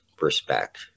respect